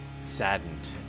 saddened